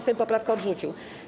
Sejm poprawkę odrzucił.